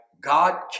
God